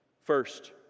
first